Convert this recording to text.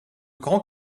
grand